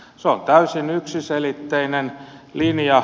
se on täysin yksiselitteinen linja